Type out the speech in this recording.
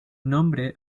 nombre